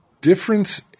difference